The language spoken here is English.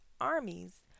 armies